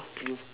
you